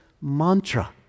mantra